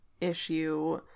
issue